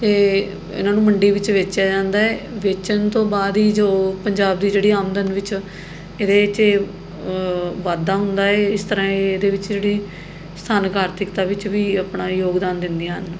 ਅਤੇ ਇਹਨਾਂ ਨੂੰ ਮੰਡੀ ਵਿੱਚ ਵੇਚਿਆ ਜਾਂਦਾ ਏ ਵੇਚਣ ਤੋਂ ਬਾਅਦ ਹੀ ਜੋ ਪੰਜਾਬ ਦੀ ਜਿਹੜੀ ਆਮਦਨ ਵਿੱਚ ਇਹਦੇ 'ਚ ਵਾਧਾ ਹੁੰਦਾ ਏ ਇਸ ਤਰ੍ਹਾਂ ਇਹ ਇਹਦੇ ਵਿੱਚ ਜਿਹੜੀ ਸਥਾਨਿਕ ਆਰਥਿਕਤਾ ਵਿੱਚ ਵੀ ਆਪਣਾ ਯੋਗਦਾਨ ਦਿੰਦੀਆਂ ਹਨ